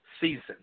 season